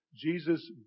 Jesus